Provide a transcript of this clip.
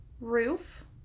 Roof